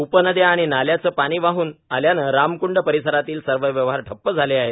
उपनद्या आणि नाल्यांचे पाणी वाहन आल्याने रामकूंड परिसरातील सर्व व्यवहार ठप्प झाले आहेत